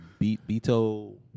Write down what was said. Beto